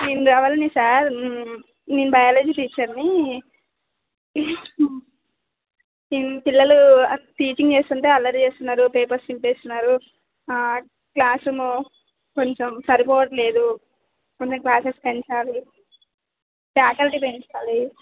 నేను రవళిని సార్ నేను బయాలజీ టీచర్ని పిం పిల్లలు టీచింగ్ చేస్తుంటే అల్లరి చేస్తున్నారు పేపర్స్ చింపేస్తున్నారు క్లాసురూమ్ కొంచెం సరిపోవట్లేదు కొంచెం క్లాసెస్ పెంచాలి ఫ్యాకల్టీ పెంచాలి